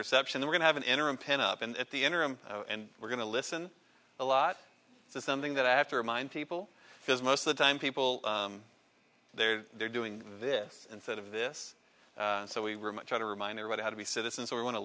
reception they're going to have an interim pin up in the interim and we're going to listen a lot to something that i have to remind people because most of the time people there they're doing this instead of this so we try to remind everybody how to be citizens we want to